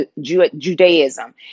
Judaism